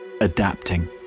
Adapting